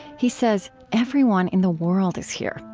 he says, everyone in the world is here.